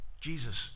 Jesus